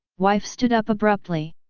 wife stood up abruptly.